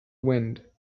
wind